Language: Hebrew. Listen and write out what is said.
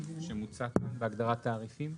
שמוצע כאן בהגדרת תעריפים.